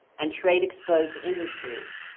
and trade exposed industries,